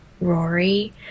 Rory